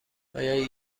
باید